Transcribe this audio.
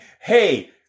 hey